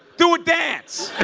do a dance! ah